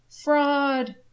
Fraud